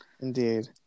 indeed